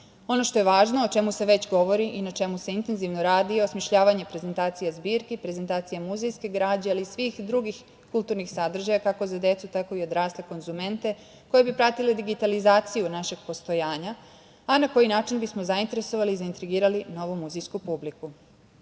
što je važno, o čemu se već govori i na čemu se intenzivno radi, osmišljavanje prezentacije zbirki, prezentacija muzejske građe, ali i svih drugih kulturnih sadržaja kako za decu, tako i za odrasle konzumente, koji bi pratili digitalizaciju naše postojanja, a na koji način bismo zainteresovali i zaintrigirali novu muzejsku publiku. Kada